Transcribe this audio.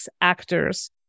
actors